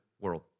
world